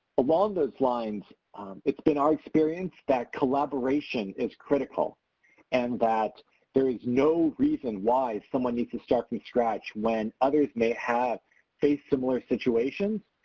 along those lines it's been our experience that collaboration is critical and that there is no reason why someone needs to start from scratch when others may have faced similar situations.